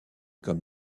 comme